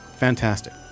Fantastic